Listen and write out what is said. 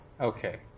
Okay